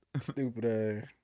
stupid